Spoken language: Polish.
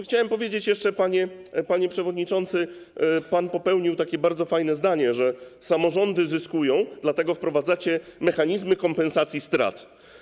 Chciałem powiedzieć jeszcze, panie przewodniczący, że pan popełnił takie bardzo fajne zdanie: samorządy zyskują, dlatego wprowadzamy mechanizmy kompensacji strat.